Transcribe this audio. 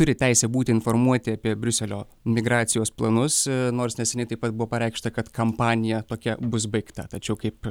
turi teisę būti informuoti apie briuselio migracijos planus nors neseniai taip pat buvo pareikšta kad kampanija tokia bus baigta tačiau kaip